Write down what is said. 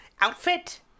outfit